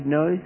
no